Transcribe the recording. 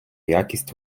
якість